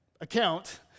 account